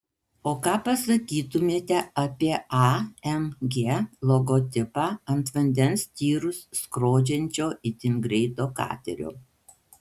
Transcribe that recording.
o ką pasakytumėte apie amg logotipą ant vandens tyrus skrodžiančio itin greito katerio